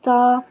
ਤਾਂ